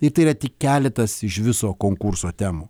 ir tai yra tik keletas iš viso konkurso temų